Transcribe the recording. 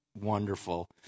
wonderful